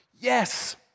yes